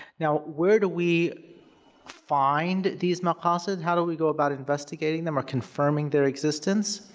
now, where do we find these maqasid? how do we go about investigating them or confirming their existence?